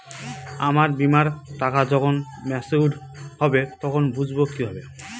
আমার বীমার টাকা যখন মেচিওড হবে তখন বুঝবো কিভাবে?